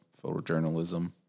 photojournalism